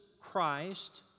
Christ